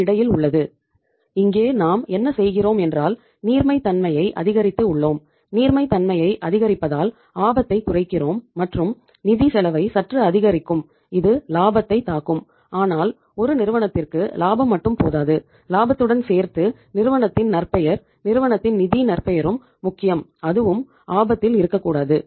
அது இடையில் உள்ளது இங்கே நாம் என்ன செய்திருக்கிறோம் என்றால் நீர்மை தன்மையை அதிகரித்து உள்ளோம் நீர்மை தன்மையை அதிகரிப்பதால் ஆபத்தை குறைக்கிறோம் மற்றும் நிதி செலவை சற்று அதிகரிக்கும் இது லாபத்தை தாக்கும் ஆனால் ஒரு நிறுவனத்திற்கு லாபம் மட்டும் போதாது லாபத்துடன் சேர்த்து நிறுவனத்தின் நற்பெயர் நிறுவனத்தின் நிதி நற்பெயரும் முக்கியம் அதுவும் ஆபத்தில் இருக்கக்கூடாது